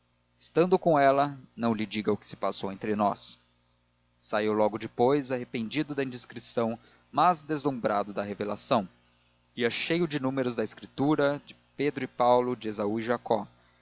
estando com ela não lhe diga o que se passou entre nós saiu logo depois arrependido da indiscrição mas deslumbrado da revelação ia cheio de números da escritura de pedro e paulo de esaú e jacó